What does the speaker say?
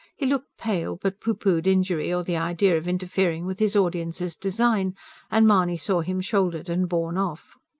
he looked pale, but pooh-poohed injury or the idea of interfering with his audience's design and mahony saw him shouldered and borne off.